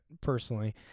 personally